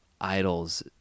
idols